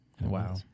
Wow